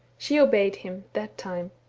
she obeyed him that time.